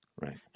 Right